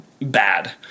bad